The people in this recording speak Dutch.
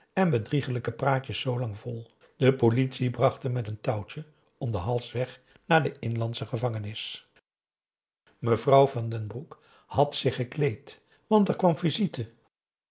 en bedrieglijke praatjes zoo lang vol de politie bracht hem met een touwtje om den hals weg naar de inlandsche gevangenis mevrouw van den broek had zich gekleed want er kwam visite